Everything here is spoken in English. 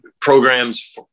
programs